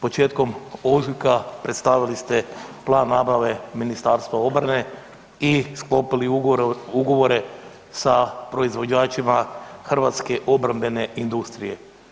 Početkom ožujka predstavili ste plan nabave Ministarstva obrane i sklopili ugovore sa proizvođačima hrvatske obrambene industrije.